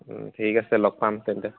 ঠিক আছে লগ পাম তেন্তে